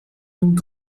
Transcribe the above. donc